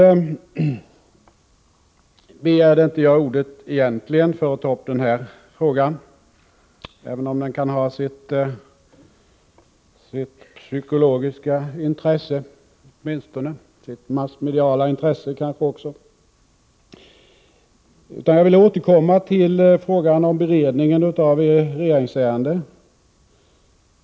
Jag begärde inte ordet för att ta upp denna fråga även om den kan ha sitt psykologiska liksom också massmediala intresse. Jag vill återkomma till frågan om beredningen av regeringsärenden.